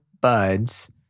buds